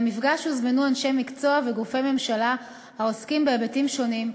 למפגש הוזמנו אנשי מקצוע וגופי ממשלה העוסקים בהיבטים שונים,